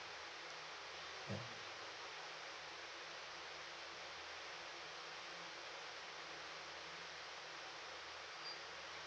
ya